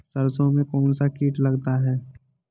सरसों में कौनसा कीट लगता है?